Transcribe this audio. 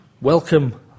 welcome